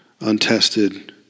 untested